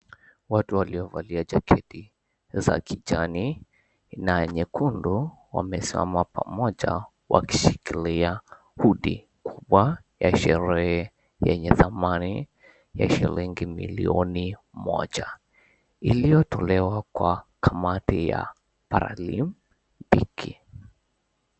Watu waliovalia jaketi za kijani na nyekundu wamesimama pamoja wakishikilia hudi kubwa ya sherehe yenye thamani ya shilingi milioni moja iliotolewa kwa kamati ya paralimpiki .